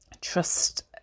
trust